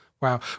Wow